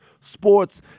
sports